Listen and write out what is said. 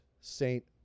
Saint